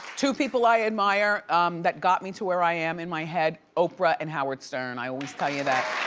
two people i admire that got me to where i am in my head, oprah and howard stern, i always tell you that.